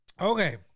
Okay